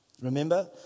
Remember